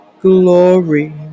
glory